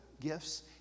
gifts